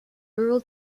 rural